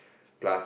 plus